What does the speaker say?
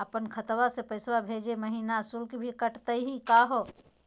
अपन खतवा से पैसवा भेजै महिना शुल्क भी कटतही का हो?